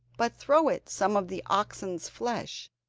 but throw it some of the oxen's flesh,